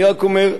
אני רק אומר,